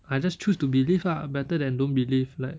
I just choose to believe lah better than don't believe like